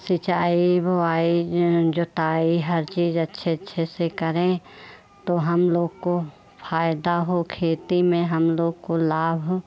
सिंचाई बोवाई जोताई हर चीज़ अच्छे अच्छे से करें तो हम लोग को फ़ायदा हो खेती में हम लोग को लाभ